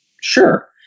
Sure